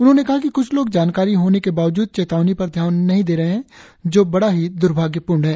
उन्होंने कहा कि क्छ लोग जानकारी होने के बावजूद चेतावनी पर ध्यान नहीं दे रहे हैं जो बड़ा ही द्र्भाग्यपूर्ण है